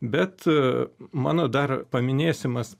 bet mano dar paminėsimas